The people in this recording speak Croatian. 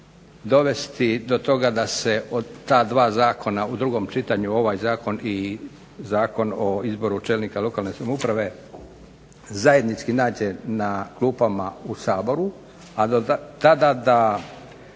dovesti do toga da se od ta dva zakona u drugom čitanju ovaj zakon i Zakon o izboru čelnika lokalne samouprave zajednički nađe na klupama u Saboru, a do tada da